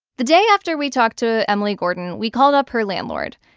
the day after we talked to emily gordon, we called up her landlord.